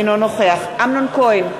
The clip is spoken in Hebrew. אינו נוכח אמנון כהן,